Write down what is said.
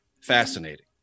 fascinating